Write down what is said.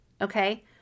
okay